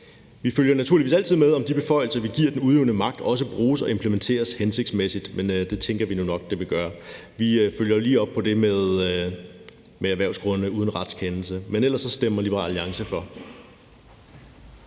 Vi følger naturligvis altid med i, om de beføjelser, vi giver den udøvende magt, også bruges og implementeres hensigtsmæssigt, men det tænker vi nu nok de vil blive. Vi følger lige op på det med at gå ind på erhvervsgrunde uden retskendelse, men ellers stemmer Liberal Alliance for.